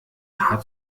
haar